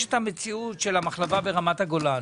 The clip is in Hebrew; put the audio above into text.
יש את המציאות של המחלבה ברמת הגולן.